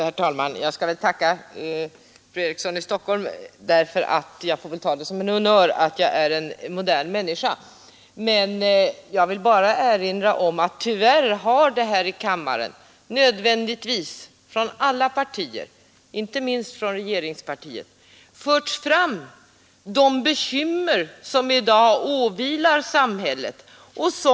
Herr talman! Jag tackar fru Eriksson i Stockholm, eftersom jag väl får ta det som en honnör när hon säger att jag är en modern människa. Jag vill bara erinra om att man här i kammaren från alla partiers sida — och inte minst från regeringspartiet — fört fram de bekymmer som i dag åvilar samhället.